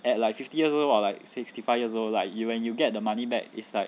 at like fifty years or like sixty five years old like you when you get the money back it's like